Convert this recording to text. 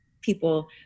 people